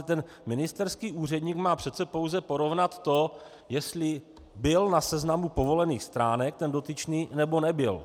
Ten ministerský úředník má přece pouze porovnat to, jestli byl na seznamu povolených stránek ten dotyčný, nebo nebyl.